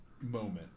moment